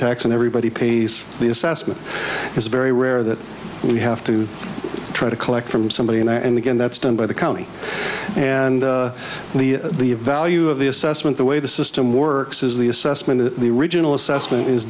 tax and everybody pays the assessment it's very rare that we have to try to collect from somebody and again that's done by the county and the the value of the assessment the way the system works is the assessment of the regional assessment is